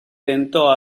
tentò